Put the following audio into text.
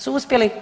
Su uspjeli?